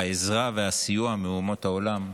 העזרה והסיוע מאומות העולם,